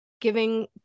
giving